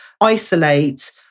isolate